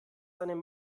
seinem